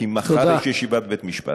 כי מחר יש ישיבת בית-משפט.